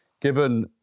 Given